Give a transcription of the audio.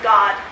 God